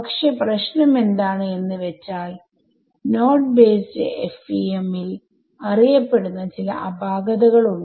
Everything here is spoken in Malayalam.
പക്ഷെ പ്രശ്നം എന്താണ് എന്ന് വെച്ചാൽ നോഡ് ബേസ്ഡ് FEM ൽ അറിയപ്പെടുന്ന ചില അപാകതകൾ ഉണ്ട്